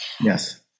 Yes